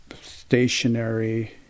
stationary